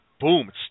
Boom